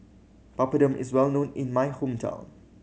papadum is well known in my hometown